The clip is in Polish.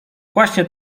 właśnie